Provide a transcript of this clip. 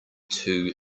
two